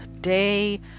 day